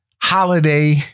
holiday